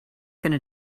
gonna